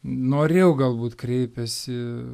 noriau galbūt kreipiasi